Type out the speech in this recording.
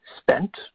spent